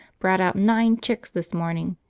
brought out nine chicks this morning,